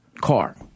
car